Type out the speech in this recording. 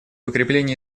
укреплении